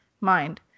mind